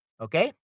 Okay